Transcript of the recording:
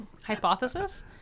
Hypothesis